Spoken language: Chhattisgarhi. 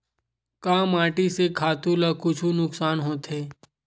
का माटी से खातु ला कुछु नुकसान होथे?